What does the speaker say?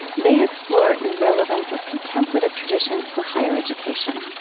they explore the relevance of contemplative traditions for higher education.